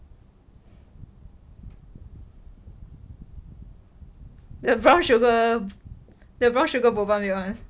the brown sugar the brown sugar boba milk one